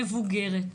מבוגרת,